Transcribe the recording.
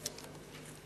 בבקשה.